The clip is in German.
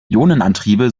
ionenantriebe